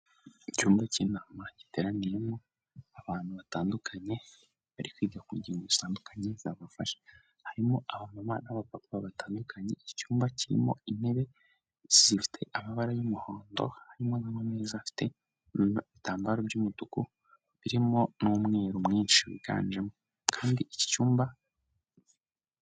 Icyumba cy'inama giteraniyemo abantu batandukanye bari kwiga ku ngingo zitandukanye zabafasha, harimo aba n'aba papa batandukanye, icyumba kirimo intebe zifite amabara y'umuhondo harimo namameza afite ibitambaro by'umutuku birimo n'umweru mwinshi wiganjemo kandi iki cyumba.